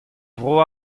vro